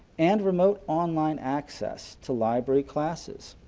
and remote online access to library classes.